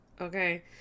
okay